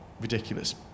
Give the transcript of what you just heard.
ridiculous